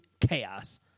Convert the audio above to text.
chaos